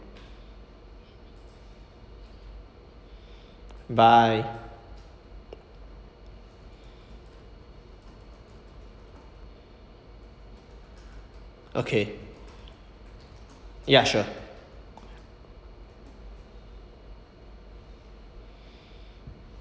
bye okay ya sure